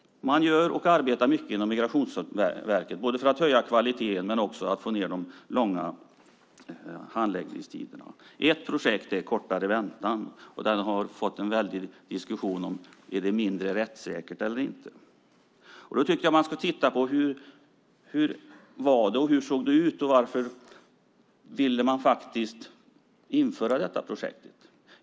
På Migrationsverket gör man mycket för att höja kvaliteten men också för att få ned de långa handläggningstiderna. Ett projekt gäller kortare väntan. Det har blivit en väldig diskussion om det är mindre rättssäkert eller inte. Jag tycker att man ska titta på hur det har varit, hur det sett ut, och på varför man ville införa detta projekt.